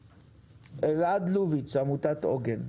אלעד לוביץ, מעמותת עוגן,